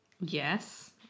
Yes